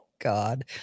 God